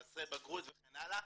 חסרי בגרות וכן הלאה,